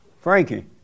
Frankie